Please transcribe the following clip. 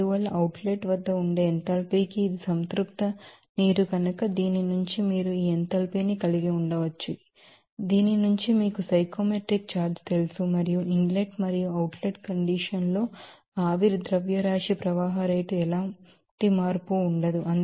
అందువల్ల outlet వద్ద ఉండే ఎంథాల్పీకి కూడా ఇది స్టాట్యురేటెడ్ వాటర్ కనుక దీని నుంచి మీరు ఈ ఎంథాల్పీని కలిగి ఉండవచ్చు దీని నుంచి మీకు సైకోమెట్రిక్ ఛార్ట్ తెలుసు మరియు ఇన్ లెట్ మరియు అవుట్ లెట్ కండిషన్ లో వేపర్ మాస్ ఫ్లో రేట్ లో ఎలాంటి మార్పు ఉండదు